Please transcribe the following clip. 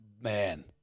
Man